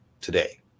today